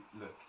look